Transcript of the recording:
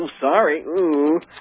Sorry